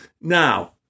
now